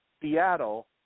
Seattle